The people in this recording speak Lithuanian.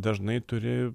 dažnai turi